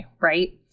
right